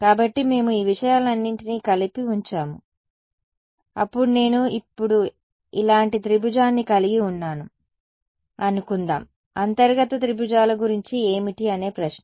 కాబట్టి మేము ఈ విషయాలన్నింటినీ కలిపి ఉంచాము అప్పుడు నేను ఇప్పుడు ఇలాంటి త్రిభుజాన్ని కలిగి ఉన్నాను అనుకుందాం అంతర్గత త్రిభుజాల గురించి ఏమిటి అనే ప్రశ్న